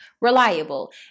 reliable